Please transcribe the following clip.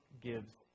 gives